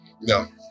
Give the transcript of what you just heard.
No